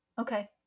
Okay